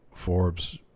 Forbes